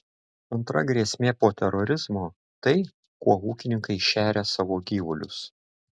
antra grėsmė po terorizmo tai kuo ūkininkai šeria savo gyvulius